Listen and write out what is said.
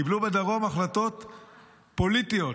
קיבלו בדרום החלטות פוליטיות.